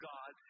God